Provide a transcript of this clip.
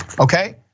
Okay